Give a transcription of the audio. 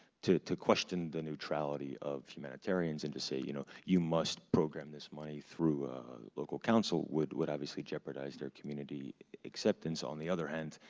to to question the neutrality of humanitarians and to say you know you must program this money through a local council would would obviously jeopardize their community acceptance. on the other hand,